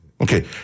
Okay